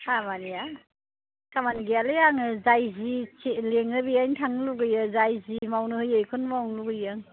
खामानिया खामानि गैयालै आङो जाय जिखि लिङो बैहायनो थांनो लुगैयो जाय जि मावनो होयो बेखौनो मावनो लुगैयो आङो